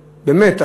באמת,